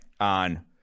on –